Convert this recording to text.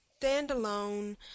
standalone